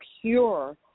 pure